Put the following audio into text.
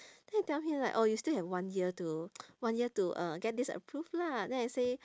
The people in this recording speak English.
then I tell him like oh you still have one year to one year to uh get this approved lah then I say